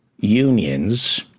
unions